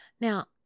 Now